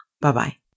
Bye-bye